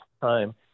time